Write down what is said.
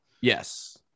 yes